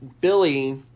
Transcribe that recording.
Billy